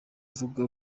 avuga